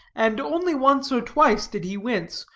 and only once or twice did he wince,